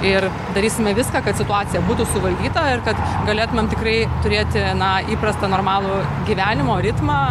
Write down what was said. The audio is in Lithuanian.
ir darysime viską kad situacija būtų suvaldyta ir kad galėtumėm tikrai turėti na įprastą normalų gyvenimo ritmą